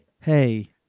Hey